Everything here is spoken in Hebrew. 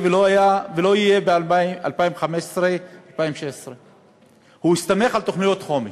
לא היה ב-2013 2014 ולא יהיה ב-2015 2016. הוא הסתמך על תוכניות חומש.